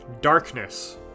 darkness